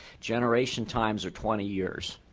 generation times are twenty years.